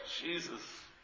Jesus